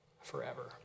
forever